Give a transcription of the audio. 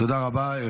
תודה רבה.